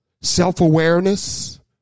self-awareness